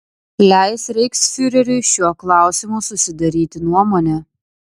leis reichsfiureriui šiuo klausimu susidaryti nuomonę